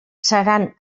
seran